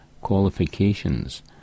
qualifications